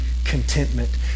Contentment